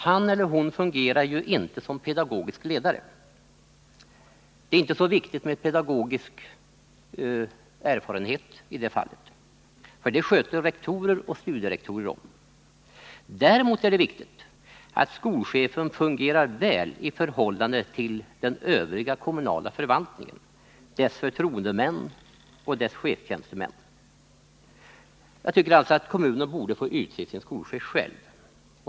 Han eller hon fungerar inte som pedagogisk ledare, och därför är det inte så viktigt att vederbörande har pedagogisk erfarenhet. Den sidan sköts av rektorer och studierektorer. Däremot är det viktigt att skolchefen fungerar väl i förhållande till den övriga kommunala förvaltningen, dess förtroendemän och chefstjänstemän. Jag tycker alltså att kommunerna själva bör få utse sina skolchefer.